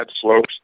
slopes